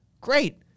Great